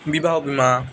বিবাহ বিমা